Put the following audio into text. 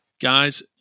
Guys